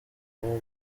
rwa